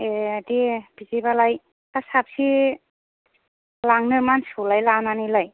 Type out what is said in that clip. ए दे बिदिबालाय हा साबैसे लांनो मानसिखौलाय लानानैलाय